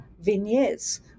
vignettes